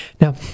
Now